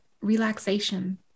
relaxation